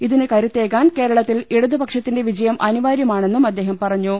ഇതിനു കരുത്തേകാൻ കേരളത്തിൽ ഇടതുപക്ഷത്തിന്റെ വിജയം അനിവാര്യമാണെന്നും അദ്ദേഹം പറഞ്ഞു